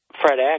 Fred